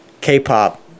K-pop